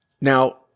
Now